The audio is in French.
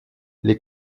les